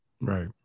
Right